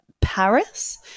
Paris